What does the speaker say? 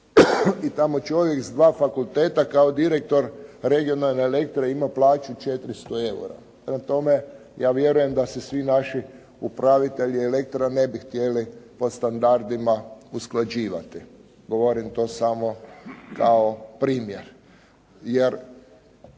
i tamo čovjek s dva fakulteta kao direktor regionalne Elektre ima plaću 400 eura. Prema tome, ja vjerujem da se svi naši upravitelji Elektri ne bi htjeli po standardima usklađivati. Govorim to samo kao primjer,